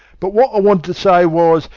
but what i wanted to say was,